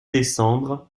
décembre